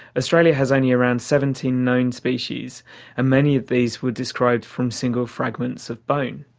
australia has only around seventeen known species and many of these were described from single fragments of bone.